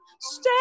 Stay